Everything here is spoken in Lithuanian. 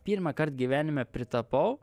pirmąkart gyvenime pritapau